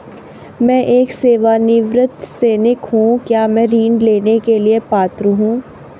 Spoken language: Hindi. मैं एक सेवानिवृत्त सैनिक हूँ क्या मैं ऋण लेने के लिए पात्र हूँ?